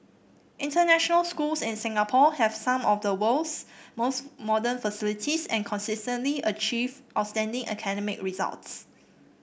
international schools in Singapore have some of the world's most modern facilities and consistently achieve outstanding academic results